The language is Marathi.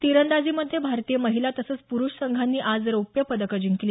तीरंदाजीमध्ये भारतीय महिला तसंच पुरुष संघांनी आज रौप्य पदकं जिंकली